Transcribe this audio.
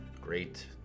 Great